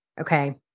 okay